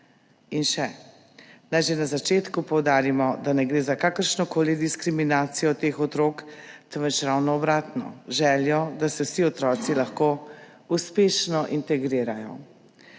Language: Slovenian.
In še: »Naj že na začetku poudarimo, da ne gre za kakršnokoli diskriminacijo teh otrok, temveč ravno obratno, željo, da se vsi otroci lahko uspešno integrirajo.«